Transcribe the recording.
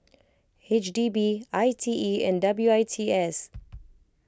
H D B I T E and W I T S